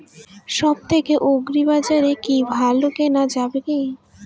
সব থেকে আগ্রিবাজারে কি ভালো কেনা যাবে কি?